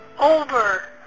over